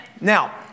Now